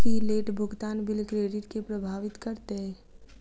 की late भुगतान bill credit केँ प्रभावित करतै?